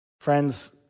Friends